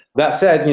that said,